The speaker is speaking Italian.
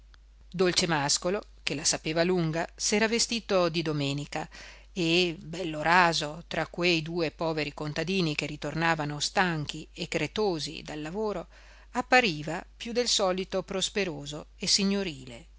incatenarlo dolcemàscolo che la sapeva lunga s'era vestito di domenica e bello raso tra quei due poveri contadini che ritornavano stanchi e cretosi dal lavoro appariva più del solito prosperoso e signorile